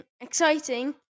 exciting